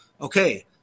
okay